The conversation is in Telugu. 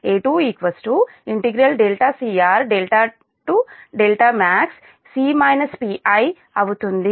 A2 cr max అవుతుంది